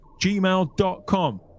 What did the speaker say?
gmail.com